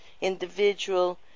individual